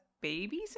babies